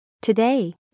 Today